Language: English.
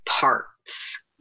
parts